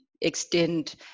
extend